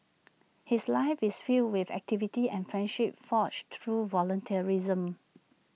his life is filled with activity and friendships forged through volunteerism